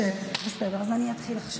בסדר, אני אתחיל עכשיו.